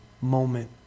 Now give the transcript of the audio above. moment